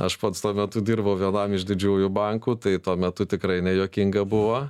aš pats tuo metu dirbau vienam iš didžiųjų bankų tai tuo metu tikrai nejuokinga buvo